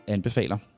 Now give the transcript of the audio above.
Anbefaler